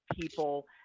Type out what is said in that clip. people